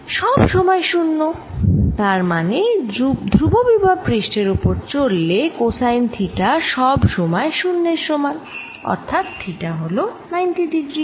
সব সময় 0 তার মানে ধ্রুববিভব পৃষ্ঠের ওপর চললে কোসাইন থিটা সব সময় 0 এর সমান অর্থাৎ থিটা হল 90 ডিগ্রী